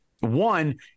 One